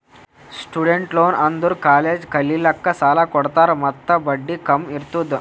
student loan ಅಂದುರ್ college ಕಲಿಲ್ಲಾಕ್ಕ್ ಸಾಲ ಕೊಡ್ತಾರ ಮತ್ತ ಬಡ್ಡಿ ಕಮ್ ಇರ್ತುದ್